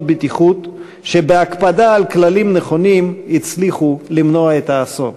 בטיחות שבהקפדה על כללים נכונים הצליחו למנוע אסון.